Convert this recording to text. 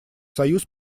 союз